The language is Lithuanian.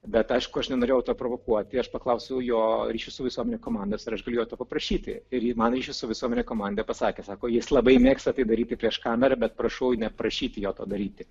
bet aišku aš nenorėjau to provokuoti aš paklausiau jo ryšių su visuomene komandos ar aš galiu jo to paprašyti ir ji man ryšių su visuomene komanda pasakė sako jis labai mėgsta tai daryti prieš kamerą bet prašau neprašyti jo to daryti